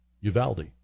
Uvalde